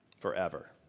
forever